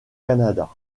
canada